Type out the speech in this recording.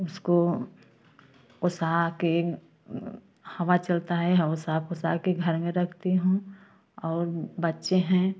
उसको ओसा के हवा चलता है ओसा पोसा के घर में रखती हूँ और बच्चे हैं